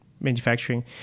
manufacturing